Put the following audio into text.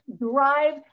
drive